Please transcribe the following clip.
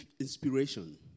inspiration